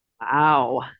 Wow